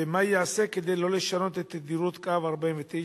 2. מה ייעשה כדי שלא לשנות את תדירות קו 49א?